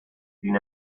sin